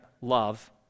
love